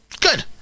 Good